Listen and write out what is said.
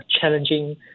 challenging